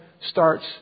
starts